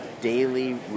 daily